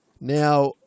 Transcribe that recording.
now